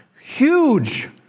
huge